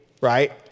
right